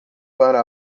para